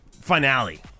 finale